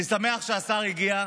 אני שמח שהשר הגיע.